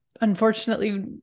unfortunately